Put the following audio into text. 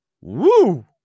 Woo